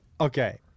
okay